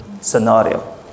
scenario